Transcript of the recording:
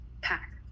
pack